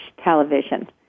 television